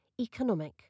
economic